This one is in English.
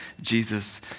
Jesus